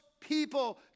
people